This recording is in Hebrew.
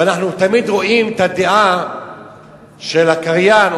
ואנחנו תמיד רואים את הדעה של הקריין,